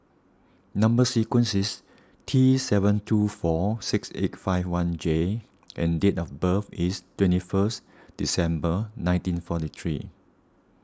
Number Sequence is T seven two four six eight five one J and date of birth is twenty first December nineteen forty three